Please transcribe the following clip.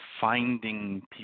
finding